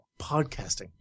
podcasting